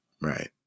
right